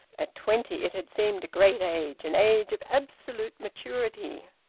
at twenty, it had seemed a great age, an age of absolute maturity.